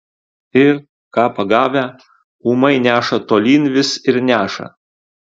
ir ką pagavę ūmai neša tolyn vis ir neša